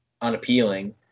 unappealing